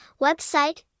website